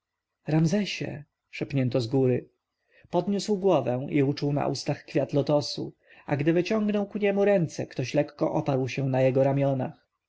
ramzesie szepnięto zgóry podniósł głowę i uczuł na ustach kwiat lotosu a gdy wyciągnął ku niemu ręce ktoś lekko oparł się na jego ramionach